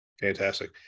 Fantastic